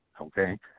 okay